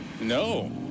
No